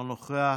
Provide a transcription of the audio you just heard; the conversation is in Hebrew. אינו נוכח,